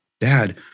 Dad